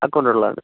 account ഉള്ളതാണ്